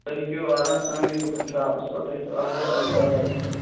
تُہۍ ہیٚکِو آرام سان یِتھ دُکانَس شاپَس پیٚٹھ تُہۍ ہیٚکِو آرام سان موٹَر نِتھ